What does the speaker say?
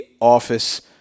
office